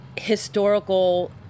historical